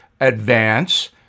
advance